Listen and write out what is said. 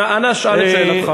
בבקשה, אדוני, אנא שאל את שאלתך.